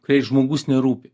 kuriai žmogus nerūpi